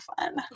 fun